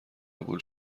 قبول